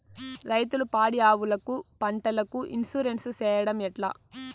రైతులు పాడి ఆవులకు, పంటలకు, ఇన్సూరెన్సు సేయడం ఎట్లా?